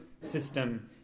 system